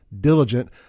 diligent